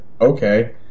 Okay